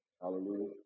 Hallelujah